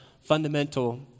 fundamental